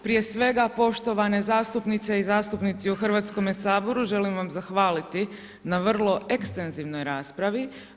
Prije svega poštovane zastupnice i zastupnici u Hrvatskome saboru želim vam zahvaliti na vrlo ekstenzivnoj raspravi.